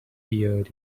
beard